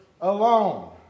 alone